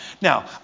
Now